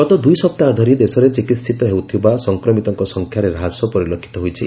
ଗତ ଦୁଇ ସପ୍ତାହ ଧରି ଦେଶରେ ଚିକିିିତ ହେଉଥିବା ସଂକ୍ରମିତଙ୍କ ସଂଖ୍ୟାରେ ହ୍ରାସ ପରିଲକ୍ଷିତ ହୋଇଛି